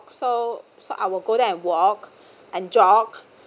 so so I will go there and walk and jog